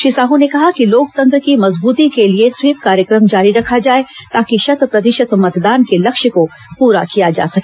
श्री साहू ने कहा कि लोकतंत्र की मजबूती के लिए स्वीप कार्यक्रम जारी रखा जाए ताकि शत प्रतिशत मतदान के लक्ष्य को पूरा किया जा सके